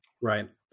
right